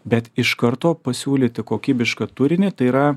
bet iš karto pasiūlyti kokybišką turinį tai yra